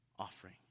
Offering